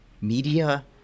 media